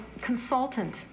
consultant